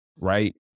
right